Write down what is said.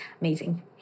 Amazing